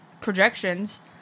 projections